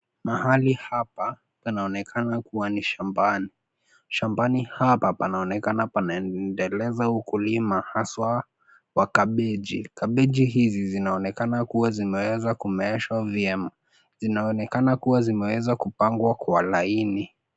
Mahali hapa panaonekana kuwa ni shambani. Shambani hapa panaonekana panaendeleza ukulima haswa wa kabeji. Kabeji hizi zinaonekana kuwa zimeweza kumeeshwa vyema. Zinaonekana kuwa zimeweza kupangwa kwa laini.